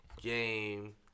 Game